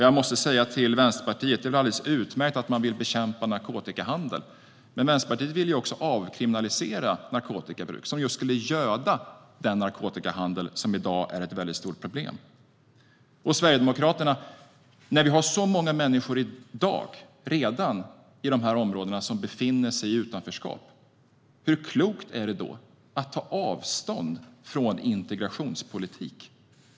Jag måste till Vänsterpartiet säga att det är alldeles utmärkt att man vill bekämpa narkotikahandeln. Men Vänsterpartiet vill också avkriminalisera narkotikabruk, vilket skulle göda den narkotikahandel som i dag är ett mycket stort problem. Jag vill ställa en fråga till Sverigedemokraterna. När vi redan i dag har så många människor i dessa områden som befinner sig i utanförskap, hur klokt är det då att ta avstånd från integrationspolitik?